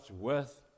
worth